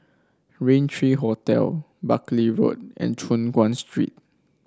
Raintr Hotel Buckley Road and Choon Guan Street